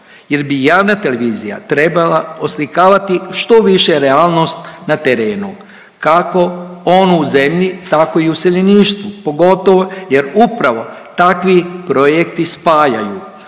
jel bi javna televizija trebala oslikavati što više realnost na terenu kako onu u zemlji tako i useljeništvu pogotovo jer upravo takvi projekti spajaju.